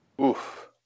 oof